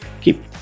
keep